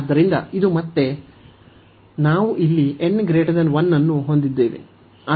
ಆದ್ದರಿಂದ ನಾವು ಇಲ್ಲಿ n≥1 ಅನ್ನು ಹೊಂದಿದ್ದೇವೆ